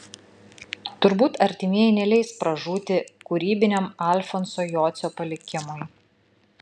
turbūt artimieji neleis pražūti kūrybiniam alfonso jocio palikimui